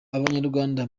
abanyarwanda